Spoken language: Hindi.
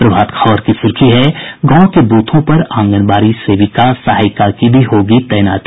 प्रभात खबर की सूर्खी है गांव के ब्रथों पर आंगनबाड़ी सेविका सहायिका की भी होगी तैनाती